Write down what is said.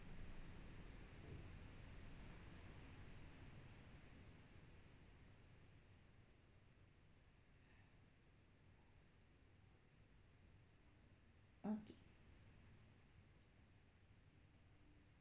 okay